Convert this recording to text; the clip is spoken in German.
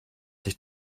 sich